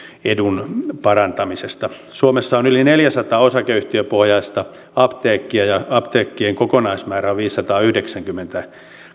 edun parantamisesta suomessa on yli neljäsataa osakeyhtiöpohjaista apteekkia ja apteekkien kokonaismäärä on viisisataayhdeksänkymmentä